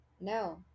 No